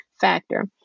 factor